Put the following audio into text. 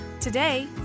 Today